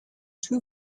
two